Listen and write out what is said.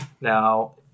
Now